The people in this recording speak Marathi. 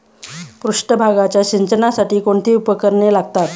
पृष्ठभागाच्या सिंचनासाठी कोणती उपकरणे लागतात?